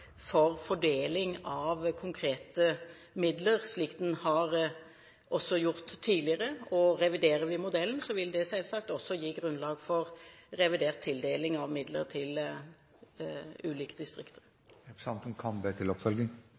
for fordeling av konkrete midler, slik den også har gjort tidligere. Reviderer vi modellen, vil det selvsagt også gi grunnlag for revidert tildeling av midler til ulike